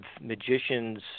magicians